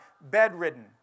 bedridden